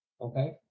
Okay